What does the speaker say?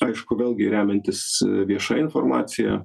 aišku vėlgi remiantis vieša informacija